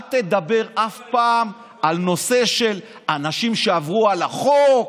אל תדבר אף פעם על נושא של אנשים שעברו על החוק.